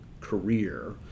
career